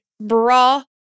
bra